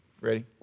Ready